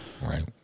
Right